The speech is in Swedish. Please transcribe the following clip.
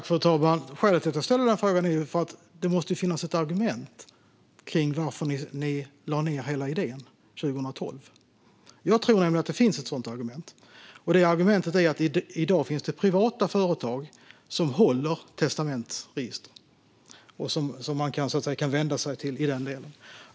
Fru talman! Skälet till att jag ställer frågan är att det måste finnas ett argument för varför ni lade ned hela idén 2012. Jag tror nämligen att det finns ett sådant argument. Det argumentet är att det i dag finns privata företag som håller testamentsregister och som man kan vända sig till i den delen.